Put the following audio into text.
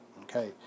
okay